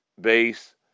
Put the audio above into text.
base